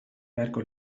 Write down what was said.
beharko